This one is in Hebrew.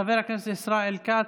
חבר הכנסת ישראל כץ,